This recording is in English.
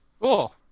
Cool